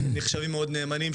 שנחשבים למאוד נאמנים,